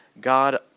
God